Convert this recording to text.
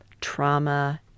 trauma